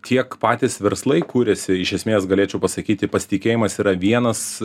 tiek patys verslai kūrėsi iš esmės galėčiau pasakyti pasitikėjimas yra vienas